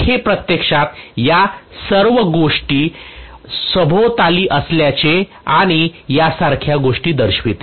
तर हे प्रत्यक्षात या सर्व गोष्टी सभोवताली असल्याचे आणि त्यासारख्या गोष्टी दर्शविते